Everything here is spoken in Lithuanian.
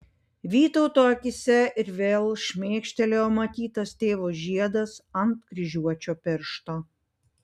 vytauto akyse ir vėl šmėkštelėjo matytas tėvo žiedas ant kryžiuočio piršto